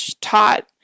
taught